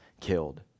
killed